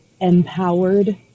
empowered